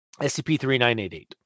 SCP-3988